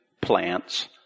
plants